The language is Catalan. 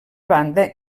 banda